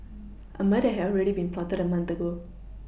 a murder had already been plotted a month ago